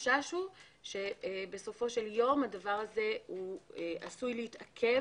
החשש הוא שבסופו של יום הדבר הזה עשוי להתעכב,